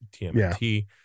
TMT